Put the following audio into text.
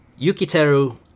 Yukiteru